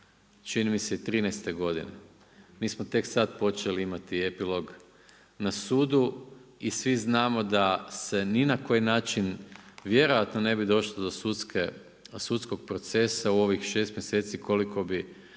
čini mi se 2013. godine, mi smo tek sad počeli imati epilog na sudu i svi znamo da se ni na koji način vjerojatno ne bi došlo do sudskog procesa u ovih 6 mjeseci koliko bi